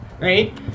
right